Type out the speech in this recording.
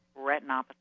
retinopathy